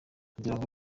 ngirango